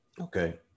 Okay